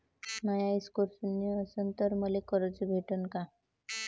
माया score शून्य असन तर मले कर्ज भेटन का?